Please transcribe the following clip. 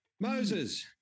Moses